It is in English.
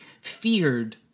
feared